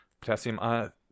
potassium